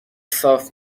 صاف